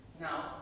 Now